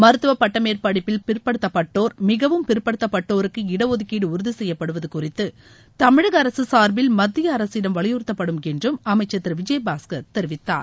மருத்துவ பட்டமேற்படிப்பில் பிற்படுத்தப்பட்டோர் மிகவும் பிற்படுத்தப்பட்டோருக்கு இட ஒதுக்கீடு உறுதி செய்யப்படுவது குறித்து தமிழக அரசு சார்பில் மத்திய அரசிடம் வலியுறத்தப்படும் என்றும் அமைச்சர் திருவிஜயபாஸ்கர் தெரிவித்தார்